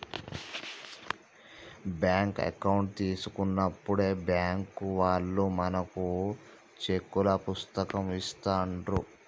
bank account తీసుకున్నప్పుడే bank వాళ్ళు మనకు చెక్కుల పుస్తకం ఇస్తాండ్రు